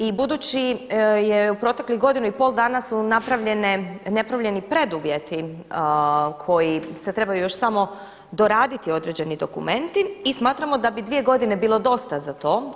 I budući je u proteklih godinu i pol dana su napravljeni preduvjeti koji se trebaju još samo doraditi određeni dokumenti i smatramo da bi 2 godine bilo dosta za to.